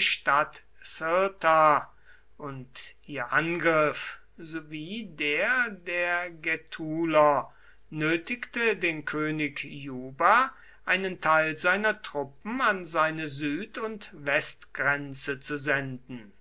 stadt cirta und ihr angriff sowie der der gätuler nötigte den könig juba einen teil seiner truppen an seine süd und westgrenze zu senden